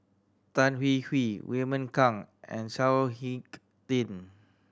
Tan Hwee Hwee Raymond Kang and Chao Hick Tin